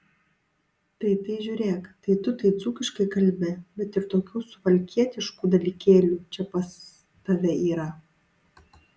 tai tai žiūrėk tai tu tai dzūkiškai kalbi bet ir tokių suvalkietiškų dalykėlių čia pas tave yra